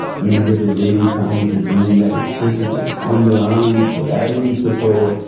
innovative leading farmers are doing that exquisitely, on their own, without any support,